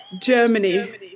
Germany